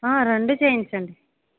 ఆ రెండూ చేయించండి